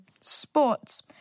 Sports